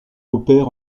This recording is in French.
opère